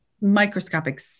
microscopic